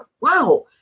wow